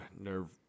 nerve